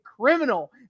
criminal